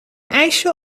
ijsje